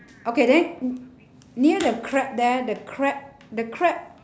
okay then near the crab there the crab the crab